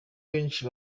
benshi